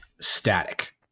static